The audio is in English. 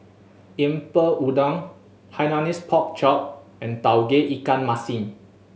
Lemper Udang Hainanese Pork Chop and Tauge Ikan Masin